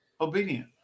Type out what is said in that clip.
obedient